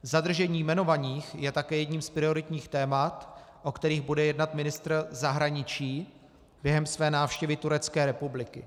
Zadržení jmenovaných je také jedním z prioritních témat, o kterých bude jednat ministr zahraničí během své návštěvy Turecké republiky.